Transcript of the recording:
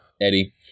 Eddie